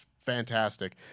Fantastic